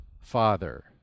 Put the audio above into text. Father